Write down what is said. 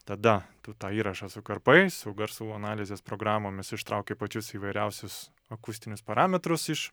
tada tu tą įrašą sukarpai su garsų analizės programomis ištrauki pačius įvairiausius akustinius parametrus iš